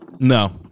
No